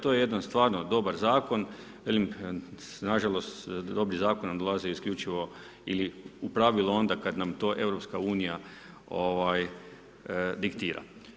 To je jedan stvarno dobar zakon, velim, nažalost dobri zakoni nam dolaze isključivo ili u pravilu onda kada nam to EU diktira.